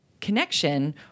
connection